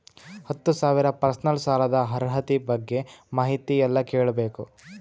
ಹತ್ತು ಸಾವಿರ ಪರ್ಸನಲ್ ಸಾಲದ ಅರ್ಹತಿ ಬಗ್ಗೆ ಮಾಹಿತಿ ಎಲ್ಲ ಕೇಳಬೇಕು?